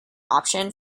option